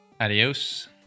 Adios